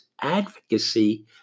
advocacy